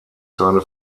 seine